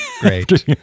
great